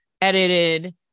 edited